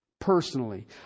personally